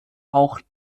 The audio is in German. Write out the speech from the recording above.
auch